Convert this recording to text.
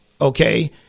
okay